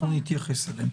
נתייחס אליהן.